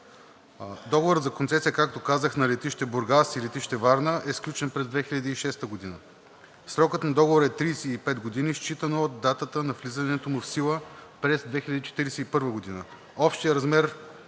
Договорът за концесия, както казах на летище Бургас и на летище Варна, е сключен през 2006 г., срокът на договора е 35 години, считано от датата на влизането му – в сила през 2041 г., общият размер